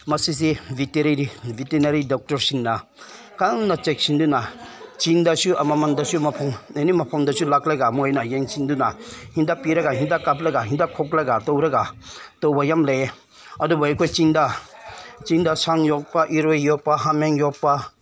ꯃꯁꯤꯁꯤ ꯚꯤꯇꯦꯅꯔꯤ ꯗꯣꯛꯇꯔꯁꯤꯡꯅ ꯈꯪꯅ ꯆꯦꯛꯁꯤꯟꯗꯨꯅ ꯆꯤꯡꯗꯁꯨ ꯑꯃꯃꯝꯗꯁꯨ ꯃꯐꯝ ꯑꯦꯅꯤ ꯃꯐꯝꯗꯁꯨ ꯂꯥꯛꯂꯒ ꯃꯣꯏꯅ ꯌꯦꯡꯁꯤꯟꯗꯨꯅ ꯍꯤꯗꯥꯛ ꯄꯤꯔꯒ ꯍꯤꯗꯥꯛ ꯀꯥꯞꯂꯒ ꯍꯤꯗꯥꯛ ꯈꯣꯛꯂꯒ ꯇꯧꯔꯒ ꯇꯧꯕ ꯌꯥꯝ ꯂꯩꯌꯦ ꯑꯗꯨꯕꯨ ꯑꯩꯈꯣꯏ ꯆꯤꯡꯗ ꯆꯤꯡꯗ ꯁꯟ ꯌꯣꯛꯄ ꯏꯔꯣꯏ ꯌꯣꯛꯄ ꯍꯥꯃꯦꯡ ꯌꯣꯛꯄ